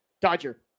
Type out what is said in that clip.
Dodger